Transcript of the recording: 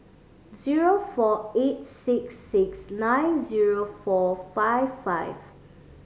zero four eight six six nine zero four five five